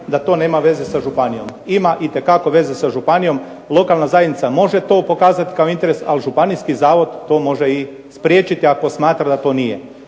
da to nema veze sa županijom. Ima itekako veze sa županijom, lokalna zajednica može to pokazati kao interes, ali županijski zavod to može i spriječiti ako smatra da to nije.